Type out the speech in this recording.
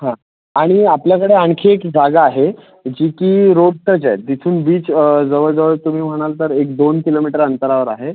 हां आणि आपल्याकडे आणखी एक जागा आहे जी की रोड टच आहे जिथून बीच जवळजवळ तुम्ही म्हणाल तर एक दोन किलोमीटर अंतरावर आहे